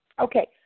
Okay